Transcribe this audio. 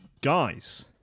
guys